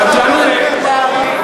נתתם לערבים מחשבים?